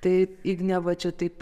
tai ignė va čia taip